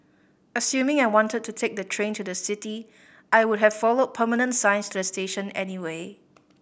assuming I wanted to take the train to the city I would have followed permanent signs to the station anyway